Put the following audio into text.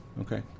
Okay